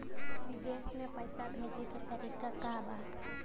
विदेश में पैसा भेजे के तरीका का बा?